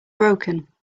broken